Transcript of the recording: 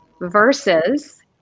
versus